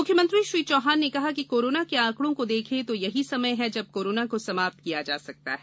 मुख्यमंत्री श्री चौहान ने कहा कि कोरोना के ऑकड़ों को देखें तो यही समय है जब कोरोना को समाप्त किया जा सकता है